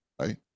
right